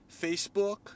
Facebook